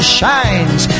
shines